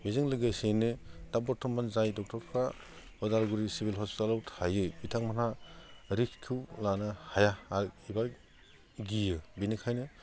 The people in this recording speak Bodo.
बेजों लोगोसेयैनो दा बर्थमान जाय डक्थरफ्रा उदालगुरि सिभिल हस्पिथालाव थायो बिथांमोनहा रिक्सखौ लानो हाया एबा गियो बेनिखायनो